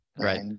Right